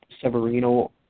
Severino